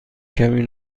کمی